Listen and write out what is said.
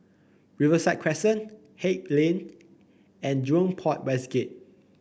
Riverside Crescent Haig Lane and Jurong Port West Gate